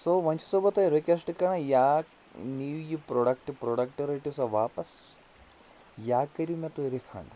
سو وۄنۍ چھُسو بہٕ تۄہہِ رِکویٚسٹہٕ کَران یا نِیو یہِ پرٛوڈَکٹہٕ پرٛوڈَکٹہٕ رٔٹِو سا واپَس یا کٔرِو مےٚ تُہۍ رِفنٛڈ